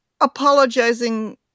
apologizing